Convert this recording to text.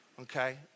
okay